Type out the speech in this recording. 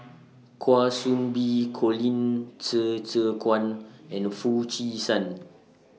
Kwa Soon Bee Colin Qi Zhe Quan and Foo Chee San